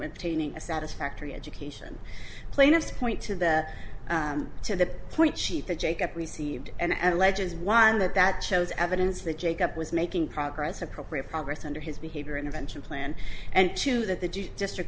attaining a satisfactory education plaintiffs point to the to the point sheet the take up received and alleges one that that shows evidence that jake up was making progress appropriate progress under his behavior intervention plan and two that the district